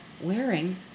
wearing